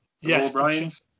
yes